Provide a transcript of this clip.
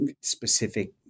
specific